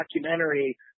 documentary